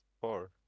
four